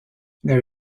there